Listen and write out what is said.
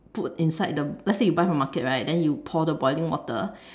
put inside the let's say you buy from market right then you pour the boiling water